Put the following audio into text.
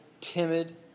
timid